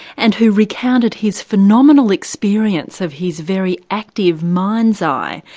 and who recounted his phenomenal experience of his very active mind's eye,